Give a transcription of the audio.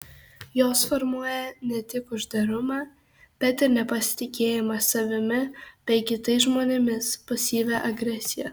jos formuoja ne tik uždarumą bet ir nepasitikėjimą savimi bei kitais žmonėmis pasyvią agresiją